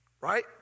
right